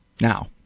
Now